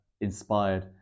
inspired